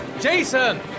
Jason